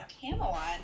Camelot